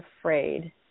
afraid